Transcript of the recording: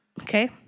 Okay